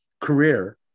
career